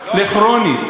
כמעט לכרוני.